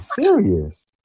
serious